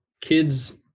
kids